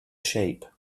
shape